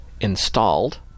installed